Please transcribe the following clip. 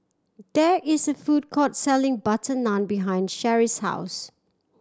there is a food court selling butter naan behind Sheri's house